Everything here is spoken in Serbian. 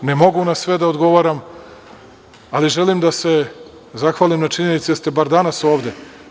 Ne mogu na sve da odgovaram, ali želim da se zahvalim na činjenici da ste bar danas ovde.